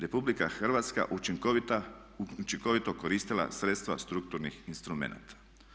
RH učinkovito koristila sredstva strukturnih instrumenata?